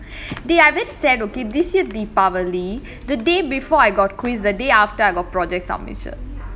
dey I very sad okay this year deepavali the day before I got quiz the day after I got project submission